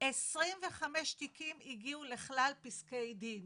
- עשרים וחמש תיקים הגיעו לכלל פסקי דין,